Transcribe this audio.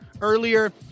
earlier